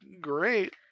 great